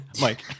Mike